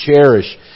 cherish